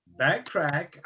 backtrack